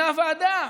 מינה ועדה,